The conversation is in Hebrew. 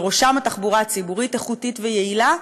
ובראשם תחבורה ציבורית איכותית ויעילה,